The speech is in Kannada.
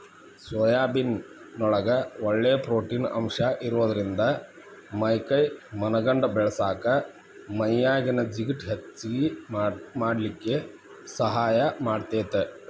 ಸೋಯಾಬೇನ್ ನೊಳಗ ಒಳ್ಳೆ ಪ್ರೊಟೇನ್ ಅಂಶ ಇರೋದ್ರಿಂದ ಮೈ ಕೈ ಮನಗಂಡ ಬೇಳಸಾಕ ಮೈಯಾಗಿನ ಜಿಗಟ್ ಹೆಚ್ಚಗಿ ಮಾಡ್ಲಿಕ್ಕೆ ಸಹಾಯ ಮಾಡ್ತೆತಿ